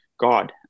God